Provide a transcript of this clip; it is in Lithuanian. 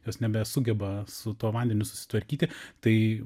jos nebesugeba su tuo vandeniu susitvarkyti tai